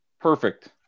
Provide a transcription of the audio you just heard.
Perfect